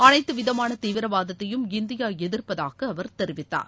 அனைத்து விதமான தீவிரவாதத்தையும் இந்தியா எதிர்ப்பதாக அவர் தெரிவித்தார்